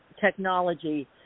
technology